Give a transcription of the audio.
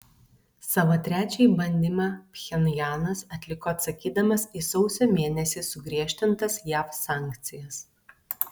savo trečiąjį bandymą pchenjanas atliko atsakydamas į sausio mėnesį sugriežtintas jav sankcijas